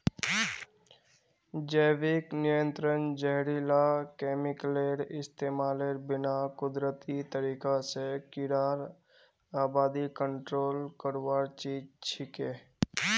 जैविक नियंत्रण जहरीला केमिकलेर इस्तमालेर बिना कुदरती तरीका स कीड़ार आबादी कंट्रोल करवार चीज छिके